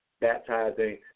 baptizing